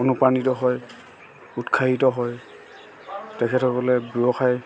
অনুপ্ৰাণিত হয় উৎসাহিত হয় তেখেতসকলে ব্যৱসায়